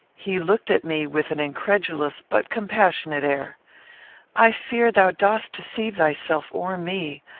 he looked at me with an incredulous but compassionate air i fear thou dost deceive thyself or me.